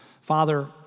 father